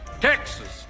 texas